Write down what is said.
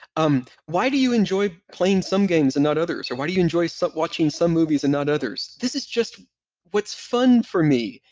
um why do you enjoy playing some games and not others, or why do you enjoy watching some movies and not others? this is just what's fun for me.